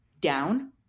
down